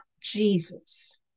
Jesus